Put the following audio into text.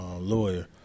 lawyer